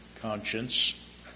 conscience